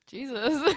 Jesus